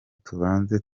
tubanze